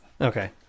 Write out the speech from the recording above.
Okay